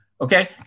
Okay